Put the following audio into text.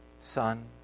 Son